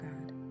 God